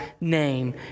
name